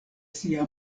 sia